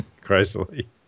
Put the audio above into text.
crazily